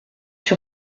sur